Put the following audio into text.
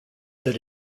that